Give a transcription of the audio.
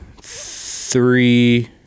three